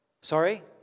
Sorry